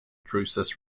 drusus